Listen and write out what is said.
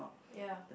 ya